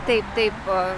taip taip